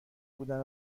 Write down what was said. بودن